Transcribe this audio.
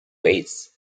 ways